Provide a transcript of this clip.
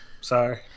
Sorry